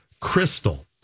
Crystal